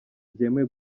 byemewe